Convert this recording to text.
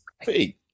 Hey